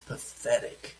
pathetic